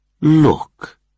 Look